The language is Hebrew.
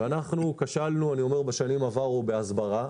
אנחנו כשלנו בשנים עברו בהסברה.